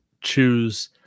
choose